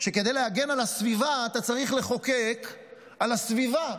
שכדי להגן על הסביבה אתה צריך לחוקק על הסביבה,